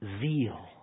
zeal